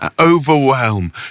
overwhelm